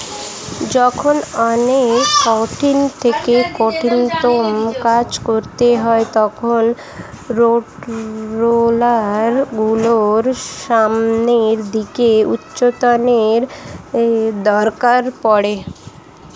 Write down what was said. যখন অনেক কঠিন থেকে কঠিনতম কাজ করতে হয় তখন রোডরোলার গুলোর সামনের দিকে উচ্চটানের দরকার পড়ে